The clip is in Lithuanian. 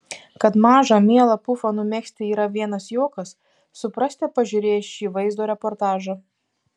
kad mažą mielą pufą numegzti yra vienas juokas suprasite pažiūrėję šį vaizdo reportažą